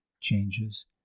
changes